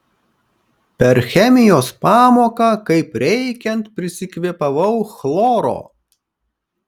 per chemijos pamoką kaip reikiant prisikvėpavau chloro